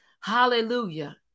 Hallelujah